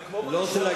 זה כמו, זהו.